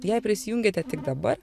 jei prisijungėte tik dabar